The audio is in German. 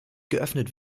geöffnet